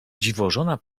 dziwożona